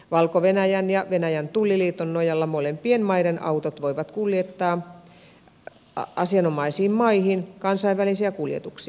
valko venäjän ja venäjän tulliliiton nojalla molempien maiden autot voivat kuljettaa asianomaisiin maihin kansainvälisiä kuljetuksia